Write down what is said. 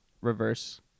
reverse